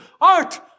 art